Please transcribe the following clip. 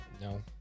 No